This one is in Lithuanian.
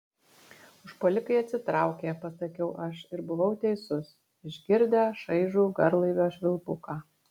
užpuolikai atsitraukė pasakiau aš ir buvau teisus išgirdę šaižų garlaivio švilpuką